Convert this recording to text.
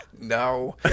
No